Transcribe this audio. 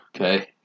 Okay